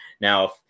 Now